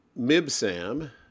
Mibsam